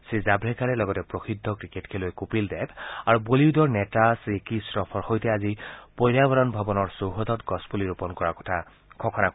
শ্ৰী জাম্ৰেকাৰে লগতে প্ৰসিদ্ধ ক্ৰিকেট খেলুৱৈ কপিল দেৱ আৰু বলিউদৰ অভিনেতা জেকী শ্ৰফৰ সৈতে আজি পৰ্য়াৱৰণ ভৱনৰ চৌহদত গছপুলি ৰোপন কৰাৰ কথা ঘোষণা কৰে